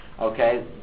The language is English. Okay